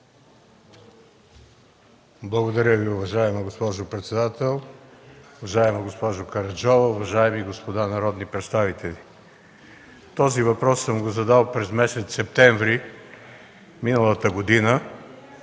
Благодаря Ви. Уважаема госпожо председател, уважаема госпожо Караджова, уважаеми господа народни представители! Този въпрос съм го задал през месец септември миналата година,